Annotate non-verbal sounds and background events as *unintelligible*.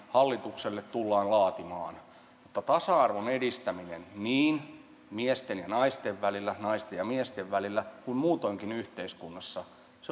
*unintelligible* hallitukselle tullaan laatimaan mutta tasa arvon edistäminen niin miesten ja naisten välillä naisten ja miesten välillä kuin muutoinkin yhteiskunnassa